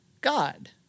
God